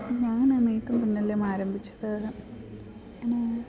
ഞാൻ എണീക്കും മുന്നല്ലേ ആരംഭിച്ചത്